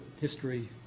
history